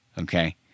okay